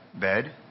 bed